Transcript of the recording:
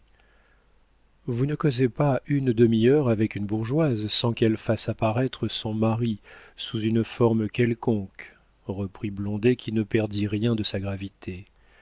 vous ne causez pas une demi-heure avec une bourgeoise sans qu'elle fasse apparaître son mari sous une forme quelconque reprit blondet qui ne perdit rien de sa gravité